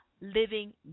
living